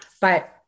but-